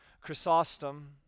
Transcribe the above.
Chrysostom